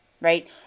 right